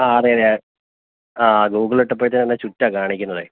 ആ അതെ അതെ ആ ഗൂഗിൾ ഇട്ടപ്പോഴത്തേക്കും ഇതിൽ ചുറ്റാണ് കാണിക്കുന്നതേ